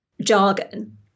jargon